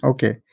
Okay